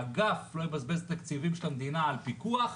האגף לא יבזבז תקציבים של המדינה על פיקוח,